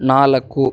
ನಾಲ್ಕು